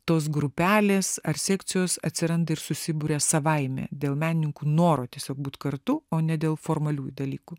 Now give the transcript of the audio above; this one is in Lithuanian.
tos grupelės ar sekcijos atsiranda ir susiburia savaime dėl menininkų noro tiesiog būt kartu o ne dėl formalių dalykų